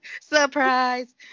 Surprise